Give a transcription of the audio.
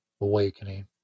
awakening